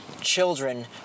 children